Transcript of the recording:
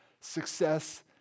success